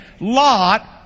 Lot